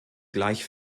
gleich